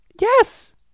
Yes